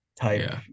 type